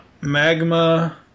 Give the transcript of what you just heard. magma